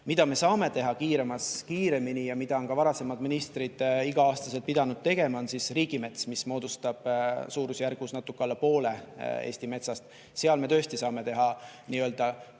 Mida me saame teha kiiremini ja mida on ka varasemad ministrid igal aastal pidanud tegema, on riigimets, mis moodustab suurusjärgus natuke alla poole Eesti metsast. Seal me tõesti saame teha nii-öelda